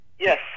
Yes